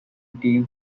team